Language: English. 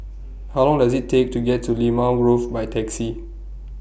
How Long Does IT Take to get to Limau Grove By Taxi